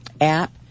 app